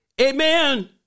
Amen